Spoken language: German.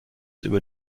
über